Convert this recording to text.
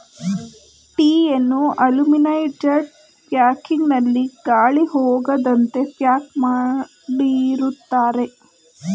ಟೀಯನ್ನು aluminised packing ನಲ್ಲಿ ಗಾಳಿ ಹೋಗದಂತೆ ಪ್ಯಾಕ್ ಮಾಡಿರುತ್ತಾರೆ